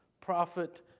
prophet